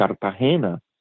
cartagena